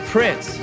Prince